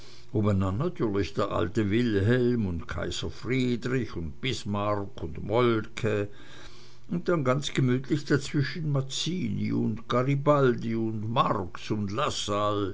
natürlich der alte wilhelm und kaiser friedrich und bismarck und moltke und ganz gemütlich dazwischen mazzini und garibaldi und marx und lassalle